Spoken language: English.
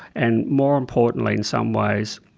and more importantly in some ways,